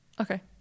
okay